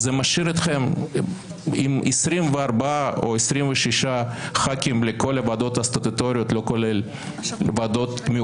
זה משאיר אתכם עם 24 או 26 חברי כנסת לכל הוועדות הסטטוטוריות,